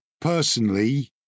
personally